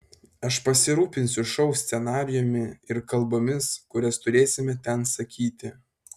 aš pasirūpinsiu šou scenarijumi ir kalbomis kurias turėsime ten sakyti